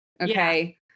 Okay